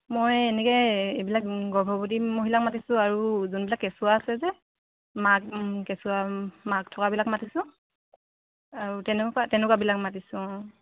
মই এনেকৈ এইবিলাক গৰ্ভৱতী মহিলাক মাতিছোঁ আৰু যোনবিলাক কেঁচুৱা আছে যে মাক কেঁচুৱা মাক থকাবিলাক মাতিছোঁ আৰু তেনেকুৱা তেনেকুৱাবিলাক মাতিছোঁ অঁ